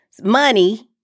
money